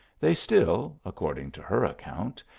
they still, according to her account,